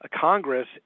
Congress